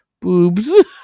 Boobs